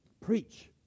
Preach